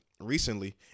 recently